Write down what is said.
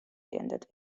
geändert